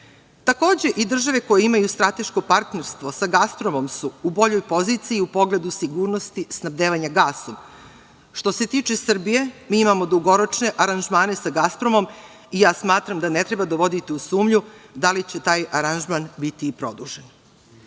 Takođe i države koje imaju strateško partnerstvo sa „Gaspromom“ su u boljoj poziciji u pogledu sigurnosti snabdevanja gasom. Što se tiče Srbije mi imao dugoročne aranžmane sa „Gaspromom“ i ja smatram da ne treba dovoditi u sumnju da li će taj aranžman biti i produžen. Ono